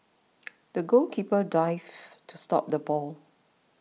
the goalkeeper dived to stop the ball